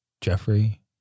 Jeffrey